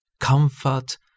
comfort